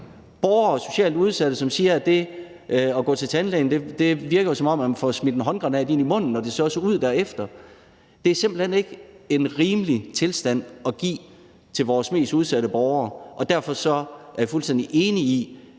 borgere og socialt udsatte at gøre, som siger, at det at gå til tandlægen virker, som om man får smidt en håndgranat ind i munden, og at det også ser ud derefter. Det er simpelt hen ikke en rimelig tilstand at være i for vores mest udsatte borgere. Derfor er jeg fuldstændig enig i,